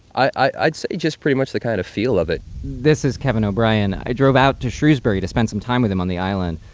just pretty much the kind of feel of it this is kevin o'brien. i drove out to shrewsbury to spend some time with him on the island.